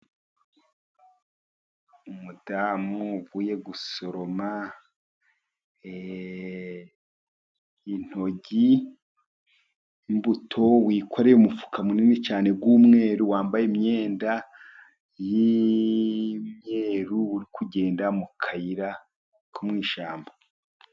Umudamu uvuye gusoroma intoryi, imbuto, wikoreye umufuka munini cyane w'umweru, wambaye imyenda y'imyeru, uri kugenda mu kayira ko mu ishyamba.